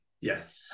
Yes